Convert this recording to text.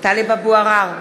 טלב אבו עראר,